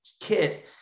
kit